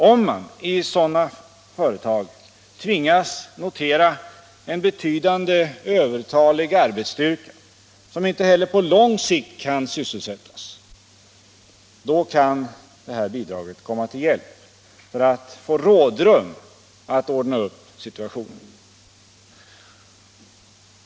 Om man i sådana företag tvingas notera en betydande övertalig arbetsstyrka, som inte heller på lång sikt kan sysselsättas, då kan det här bidraget komma till hjälp för att man skall få rådrum och kunna ordna upp situationen.